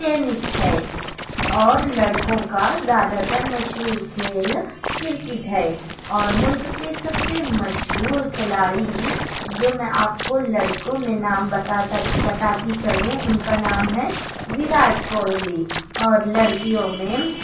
tennis ہے اور لڑکوں کا زیادہ تر مشہور کھیل کرکٹ ہے اور ملک کے سب سے مشہور کھلاڑی ہی جو میں آپ کو لڑکوں میں نام بتاتا بتاتی چلوں ان کا نام ہے وراٹ کوہلی اور لڑکیوں میں